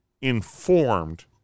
informed